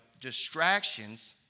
distractions